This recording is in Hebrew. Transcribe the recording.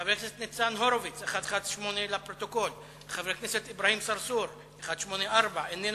חבר הכנסת אמנון כהן שאל את השר להגנת הסביבה ביום י"ט באייר